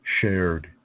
shared